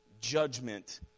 judgment